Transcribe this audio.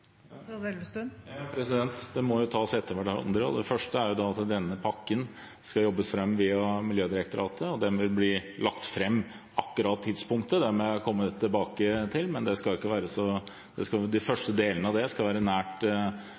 må tas etter hverandre. Det første er at denne pakken skal jobbes fram via Miljødirektoratet, og den vil bli lagt fram. Det nøyaktige tidspunktet må jeg komme tilbake til, men de første delene av det skal være nært forestående, når det gjelder både prioriterte arter og prioriterte naturområder. Det jobbes også med prioriterte kulturlandskap, sammen med Landbruks- og matdepartementet. Det vil være